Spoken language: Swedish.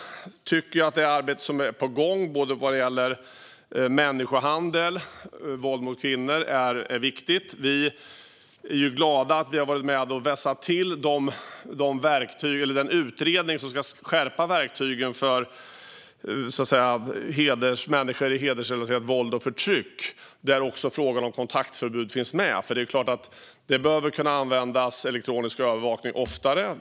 Det arbete som är på gång vad gäller både människohandel och våld mot kvinnor är viktigt. Vi är glada över att ha varit med och vässat den utredning som arbetar för att skärpa verktygen för att hjälpa människor som utsätts för hedersrelaterat våld och förtryck. Där finns också frågan om kontaktförbud med. Elektronisk övervakning behöver kunna användas oftare.